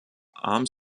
arms